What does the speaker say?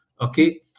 Okay